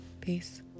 Peace